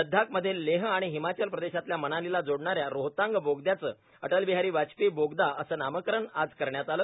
लद्दाख मधलं लेह आणि हिमाचल प्रदेशातल्या मनालीला जोडणाऱ्या रोहतांग बोगदयाचं अटल बिहारी वाजपेयी बोगदा असं नामकरण आज करण्यात आलं